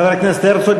חבר הכנסת הרצוג,